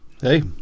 hey